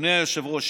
אדוני היושב-ראש,